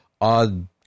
odd